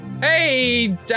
Hey